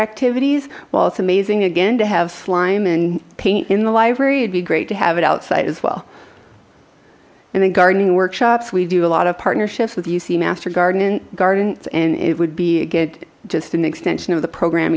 activities while it's amazing again to have slime and paint in the library it'd be great to have it outside as well and then gardening workshops we do a lot of partnerships with you see master garden gardens and it would be again just an extension of the program